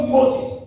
Moses